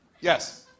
Yes